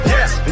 Yes